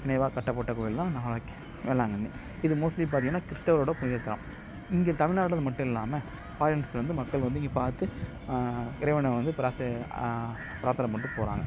நேராக கட்டப்பட்ட கோயில் தான் நாகை வேளாங்கண்ணி இதில் மோஸ்ட்லி பார்த்திங்கன்னா கிறிஸ்துவரோடய புனித தளம் இங்கே தமிழ்நாட்டில் மட்டும் இல்லாமல் ஃபாரின்ஸ்லேருந்து மக்கள் வந்து இங்கே பார்த்து இறைவனை வந்து பிராத்த பிராத்தனை பண்ணிகிட்டு போகிறாங்க